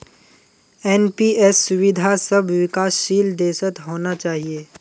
NPS सुविधा सब विकासशील देशत होना चाहिए